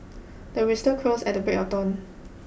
the rooster crows at the break of dawn